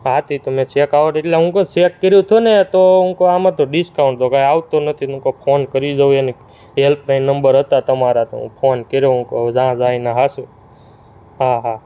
હા તે તમે ચેકઆઉટ એટલે હું કહું સેક કર્યું હતું ને તો હું કહું આમાં તો ડિસ્કાઉન્ટ તો કાંઈ આવતું નથી હું કહું ફોન કરી જોઉં એને હેલ્પલાઈન નંબર હતા તમારા તો શું ફોન કર્યો હું કહું જ્યાં જાય ત્યાં સાચું હા હા